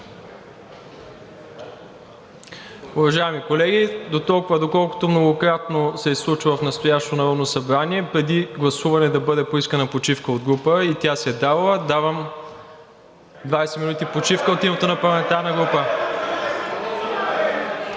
Уважаеми колеги, дотолкова, доколкото многократно се е случвало в настоящото Народно събрание преди гласуване да бъде поискана почивка от група и тя се дава, давам 20 минути почивка от името на парламентарна група.